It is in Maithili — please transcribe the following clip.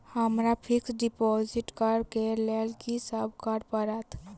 हमरा फिक्स डिपोजिट करऽ केँ लेल की सब करऽ पड़त?